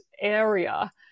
area